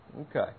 Okay